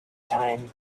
time